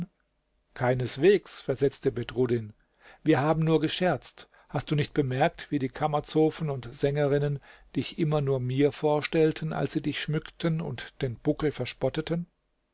keineswegs versetzte bedruddin wir haben nur gescherzt hast du nicht bemerkt wie die kammerzofen und sängerinnen dich immer nur mir vorstellten als sie dich schmückten und den buckel verspotteten